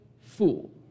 fool